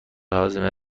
هاضمه